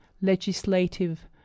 legislative